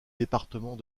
département